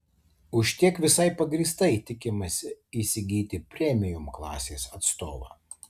už tiek visai pagrįstai tikimasi įsigyti premium klasės atstovą